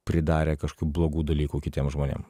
pridarę kažkokių blogų dalykų kitiem žmonėm